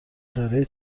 دارای